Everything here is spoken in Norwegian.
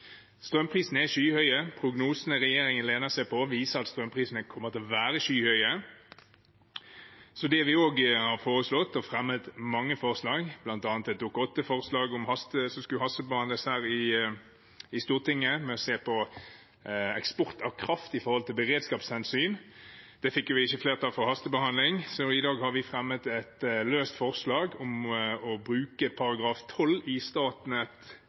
Strømprisene er skyhøye. Prognosene regjeringen lener seg på, viser at strømprisene kommer til å være skyhøye. Så det vi også har foreslått, og fremmet mange forslag om, bl.a. et Dokument 8-forslag som skulle hastebehandles her i Stortinget, er å se på eksport av kraft i forhold til beredskapshensyn. Vi fikk ikke flertall for hastebehandling, så i dag har vi fremmet et løst forslag om å bruke § 12 i